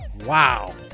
Wow